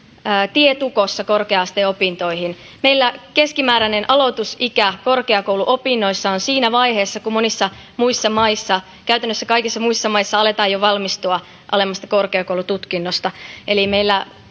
tie tukossa korkea asteopintoihin meillä keskimääräinen aloitusikä korkeakouluopinnoissa on siinä vaiheessa kun monissa muissa maissa käytännössä kaikissa muissa maissa aletaan jo valmistua alemmasta korkeakoulututkinnosta meillä